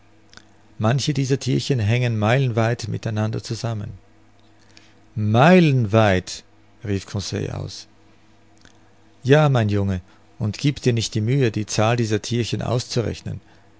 manche dieser thierchen hängen meilenweit mit einander zusammen meilenweit rief conseil aus ja mein junge und gieb dir nicht die mühe die zahl dieser thierchen auszurechnen